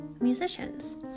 musicians